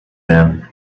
van